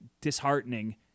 disheartening